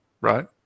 right